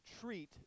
treat